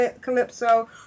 Calypso